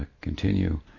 continue